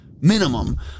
minimum